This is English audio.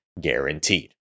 guaranteed